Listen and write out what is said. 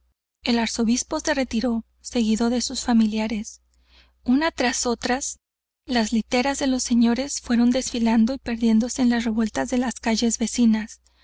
quiere el arzobispo se retiró seguido de sus familiares unas tras otras las literas de los señores fueron desfilando y perdiéndose en las revueltas de las calles vecinas